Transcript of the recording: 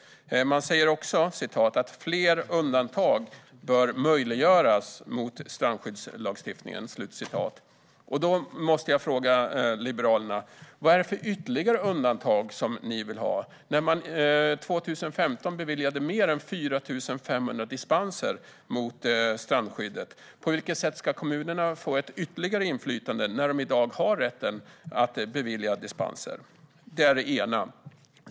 Man säger också att fler undantag från strandskyddslagstiftningen bör möjliggöras. Jag måste fråga Liberalerna: Vad är det för ytterligare undantag ni vill ha? År 2015 beviljades över 4 500 dispenser från strandskyddet. På vilket sätt ska kommunerna få ytterligare inflytande, när de redan i dag har rätt att bevilja dispenser? Det är det ena.